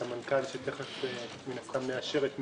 את המנכ"ל - אנחנו תיכף נאשר את מינויו.